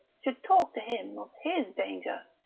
should talk to him of his danger.